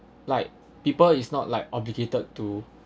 like people is not like obligated to